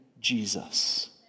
Jesus